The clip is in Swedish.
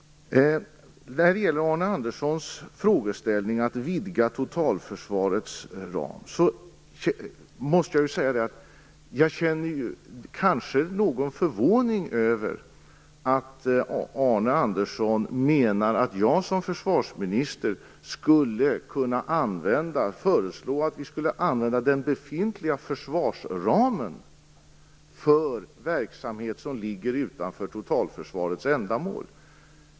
När det gäller Arne Anderssons frågeställning om att vidga totalförsvarets ram måste jag säga att jag känner någon förvåning över att han menar att jag som försvarsminister skulle kunna föreslå att vi skulle använda den befintliga försvarsramen för verksamhet som ligger utanför totalförsvarets ändamål.